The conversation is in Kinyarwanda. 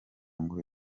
ngo